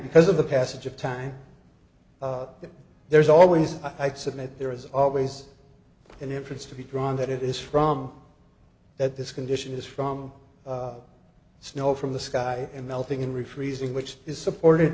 because of the passage of time that there is always i submit there is always an inference to be drawn that it is from that this condition is from snow from the sky and melting in refreezing which is supported